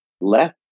less